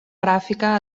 gràfica